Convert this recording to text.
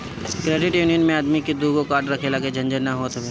credit union मे आदमी के दूगो कार्ड रखला के झंझट ना होत हवे